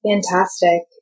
Fantastic